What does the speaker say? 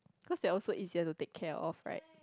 cause they are also easier to take care of right